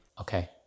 Okay